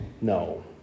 No